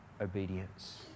obedience